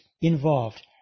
involved